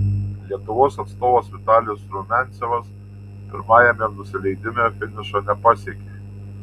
lietuvos atstovas vitalijus rumiancevas pirmajame nusileidime finišo nepasiekė